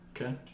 Okay